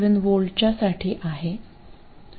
7V च्या साठी आहे